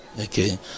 Okay